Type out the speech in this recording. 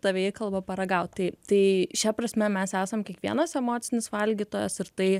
tave įkalba paragaut tai tai šia prasme mes esam kiekvienas emocinis valgytojas ir tai